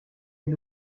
est